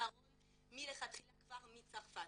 פתרון מלכתחילה, כבר מצרפת.